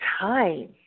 time